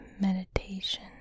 meditation